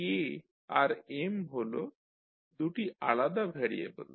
K আর M হল দু'টি আলাদা ভ্যারিয়েবল